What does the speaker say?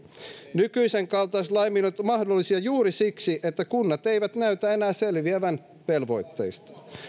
nykyisen kaltaiset laiminlyönnit ovat mahdollisia juuri siksi että kunnat eivät enää selviä velvoitteistaan